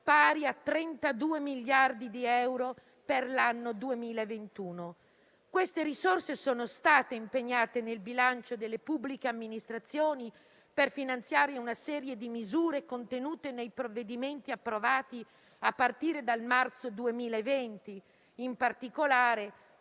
pari a 32 miliardi di euro per l'anno 2021. Queste risorse sono state impegnate nel bilancio delle pubbliche amministrazioni per finanziare una serie di misure contenute nei provvedimenti approvati a partire dal marzo 2020. In particolare,